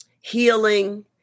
healing